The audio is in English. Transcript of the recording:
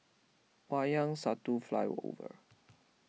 Wayang Satu Flyover